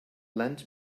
lend